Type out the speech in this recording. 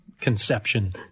conception